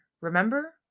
Remember